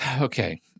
Okay